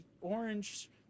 orange